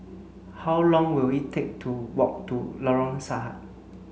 how long will it take to walk to Lorong Sahad